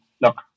look